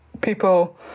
people